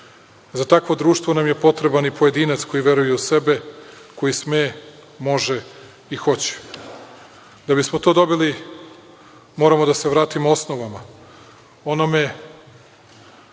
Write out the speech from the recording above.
Za takvo društvo nam je potreban i pojedinac koji veruje u sebe, koji sme, može i hoće. Da bismo to dobili moramo da se vratimo osnovama,